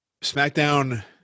SmackDown